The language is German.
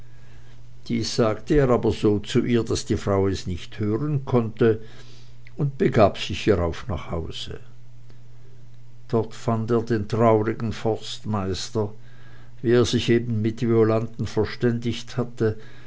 dies sagte er aber so zu ihr daß die frau es nicht hören konnte und begab sich hierauf nach hause dort fand er den traurigen forstmeister wie er sich eben mit violanden verständigt hatte